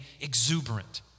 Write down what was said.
exuberant